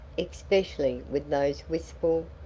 especially with those wistful,